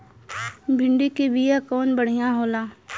भिंडी के बिया कवन बढ़ियां होला?